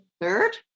third